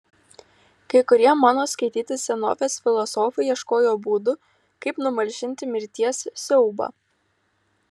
kai kurie mano skaityti senovės filosofai ieškojo būdų kaip numalšinti mirties siaubą